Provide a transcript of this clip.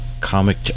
comic